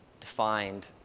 defined